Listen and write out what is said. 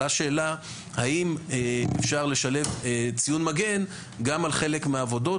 עלתה שאלה: האם אפשר לשלב ציון מגן גם על חלק מהעבודות?